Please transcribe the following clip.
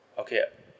okay